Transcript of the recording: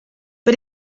but